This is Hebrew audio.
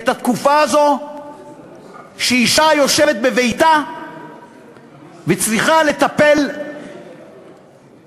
את התקופה הזאת שאישה יושבת בביתה וצריכה לטפל בתינוק,